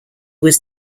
was